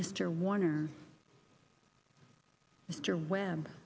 mr warner mr web